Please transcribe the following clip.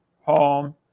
home